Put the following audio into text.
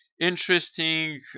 interesting